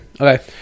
Okay